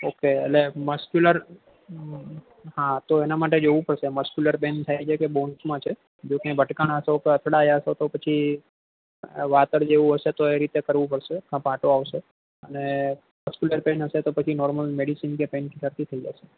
okay અને muscular હા તો એના માટે જોવું પડશે મસ્ક્યુલર પેન થાય છે કે બોન્સમાં છે જો ક્યાંય ભટકાણા છો કે અથડાયા છો તો વા તડ જેવું હશે તો એ રીતે કરવું પડશે પાટો આવશે અને મસ્ક્યુલર પેન હશે તો નોર્મલ મેડિસિન કે પેનકીલરથી થઈ જશે